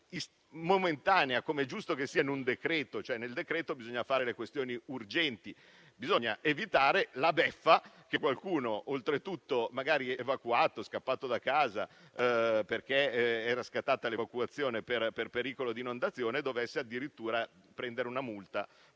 contingente, com'è giusto che sia in un decreto-legge in cui bisogna affrontare le questioni urgenti: bisogna evitare la beffa che qualcuno, magari evacuato o scappato da casa, perché era scattata l'evacuazione per pericolo di inondazione, debba addirittura prendere una multa